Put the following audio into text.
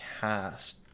cast